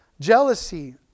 jealousy